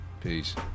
Peace